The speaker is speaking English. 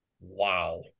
Wow